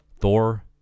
Thor